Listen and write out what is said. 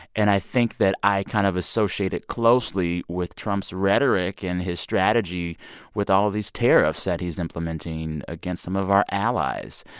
and i think that i kind of associate it closely with trump's rhetoric and his strategy with all these tariffs that he's implementing against some of our allies.